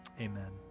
Amen